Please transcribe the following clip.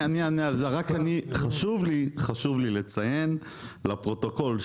חשוב לי לציין לפרוטוקול,